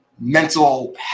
mental